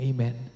Amen